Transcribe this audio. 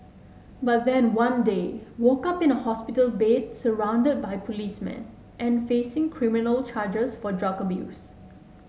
but then one day woke up in a hospital bed surrounded by policemen and facing criminal charges for drug abuse